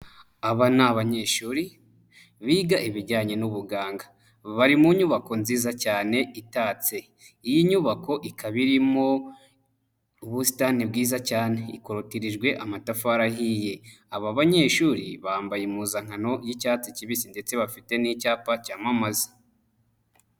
Aba ni abanyeshuri biga ibijyanye n'ubuganga, bari mu nyubako nziza cyane itatse, iyi nyubako ikaba irimo ubusitani bwiza cyane, ikorokirijwe amatafari ahiye, aba banyeshuri bambaye impuzankano y'icyatsi kibisi ndetse bafite n'icyapa cyamamaza.